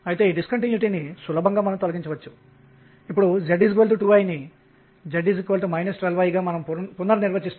2 V ఇది vector మీద ఆధారపడి ఉంటుంది కానీ మనం V ను మాత్రమే తీసుకుందాం